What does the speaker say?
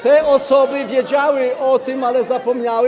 Te osoby wiedziały o tym, ale zapomniały.